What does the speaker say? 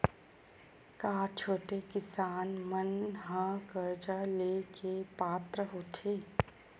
का छोटे किसान मन हा कर्जा ले के पात्र होथे?